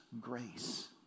grace